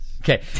Okay